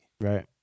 Right